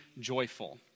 joyful